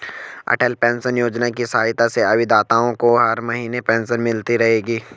अटल pension Yojana की सहायता से अभिदाताओं को हर महीने पेंशन मिलती रहेगी